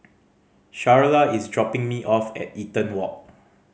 Charla is dropping me off at Eaton Walk